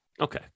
Okay